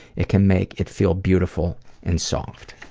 it can make it feel beautiful and soft.